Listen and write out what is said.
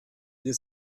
dir